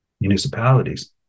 municipalities